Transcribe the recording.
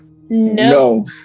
No